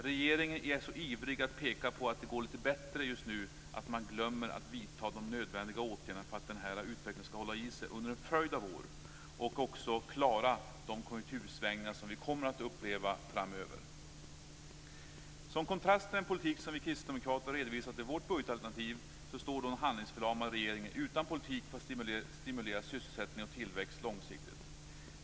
Regeringen är så ivrig att peka på att det just nu går lite bättre att man glömmer att vidta nödvändiga åtgärder för att utvecklingen skall hålla i sig under en följd av år och också klara de konjunktursvängningar som vi kommer att uppleva framöver. Som kontrast till den politik som vi kristdemokrater redovisat i vårt budgetalternativ står en handlingsförlamad regering utan en politik för att stimulera sysselsättning och tillväxt långsiktigt.